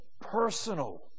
personal